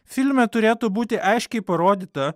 filme turėtų būti aiškiai parodyta